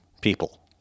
people